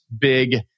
big